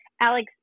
Alex